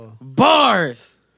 Bars